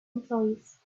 employees